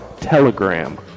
Telegram